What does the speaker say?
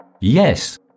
Yes